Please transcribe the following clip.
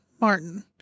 martin